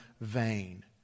vain